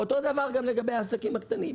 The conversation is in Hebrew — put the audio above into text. אותו דבר גם לגבי העסקים הקטנים.